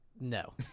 No